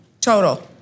Total